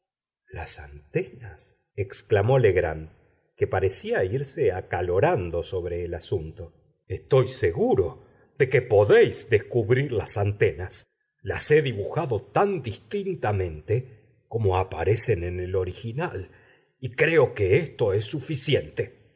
las antenas exclamó legrand que parecía irse acalorando sobre el asunto estoy seguro de que podéis descubrir las antenas las he dibujado tan distintamente como aparecen en el original y creo que esto es suficiente